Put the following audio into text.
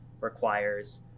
requires